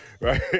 Right